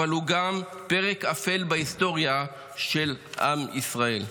אבל הוא גם פרק אפל בהיסטוריה של עם ישראל.